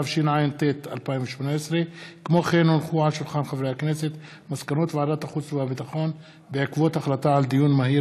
התשע"ט 2018. מסקנות ועדת החוץ והביטחון בעקבות דיון מהיר